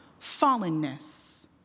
fallenness